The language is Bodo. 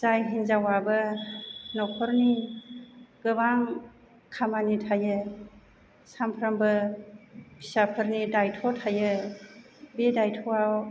जाय हिन्जावाबो नखरनि गोबां खामानि थायो सानफ्रोमबो फिसाफोरनि दायथ' थायो बे दायथ'आव